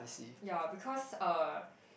ya because uh